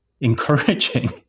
encouraging